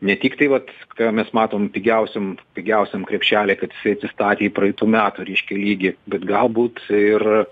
ne tik tai vat ką mes matom pigiausiam pigiausiam krepšely kad jisai atsistatė į praeitų metų reiškia lygį bet galbūt ir